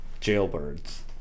jailbirds